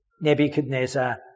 Nebuchadnezzar